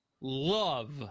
love